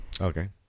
Okay